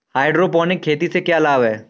Hydroponic खेती से क्या लाभ हैं?